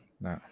no